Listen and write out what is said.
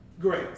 Great